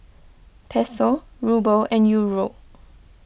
Peso Ruble and Euro